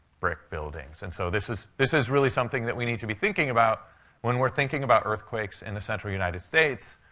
brick buildings. and so this is this is really something that we need to be thinking about when we're thinking about earthquakes in the central united states.